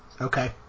Okay